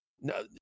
No